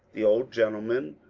the old gentleman,